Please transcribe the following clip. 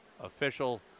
official